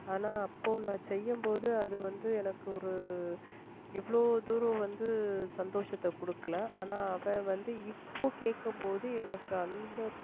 ஆனால் அப்போ நான் செய்யும் போது அது வந்து எனக்கு ஒரு இவ்வளோ தூரம் வந்து சந்தோஷத்தை கொடுக்கல ஆனால் அவன் வந்து இப்போ கேட்கும் போது எனக்கு அந்த